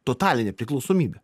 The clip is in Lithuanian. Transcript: totalinė priklausomybė